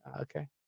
Okay